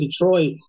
Detroit